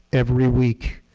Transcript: every week,